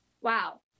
wow